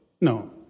No